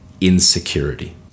insecurity